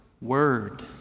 Word